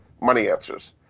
moneyanswers